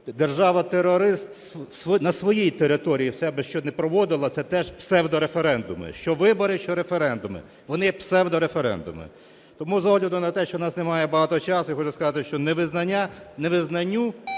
Держава-терорист на своїй території в себе що не проводила – це теж псевдореферендуми: що вибори, що референдуми, вони є псевдореферендуми. Тому з огляду на те, що у нас немає багато часу, я хочу сказати, що невизнання... невизнанню